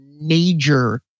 major